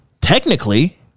technically